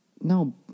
No